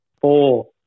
four